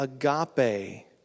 agape